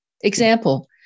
Example